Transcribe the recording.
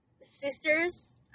sisters